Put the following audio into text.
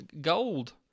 gold